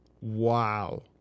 wow